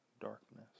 darkness